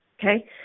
Okay